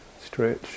stretch